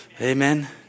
Amen